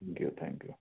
thank you thank you